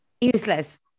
useless